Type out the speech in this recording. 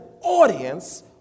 audience